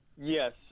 Yes